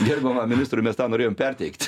gerbiamam ministrui mes tą norėjom perteikti